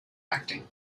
acting